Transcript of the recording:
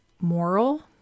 moral